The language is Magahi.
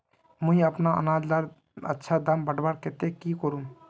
मुई अपना अनाज लार अच्छा दाम बढ़वार केते की करूम?